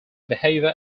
behaviour